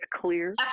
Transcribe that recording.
clear